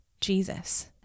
Jesus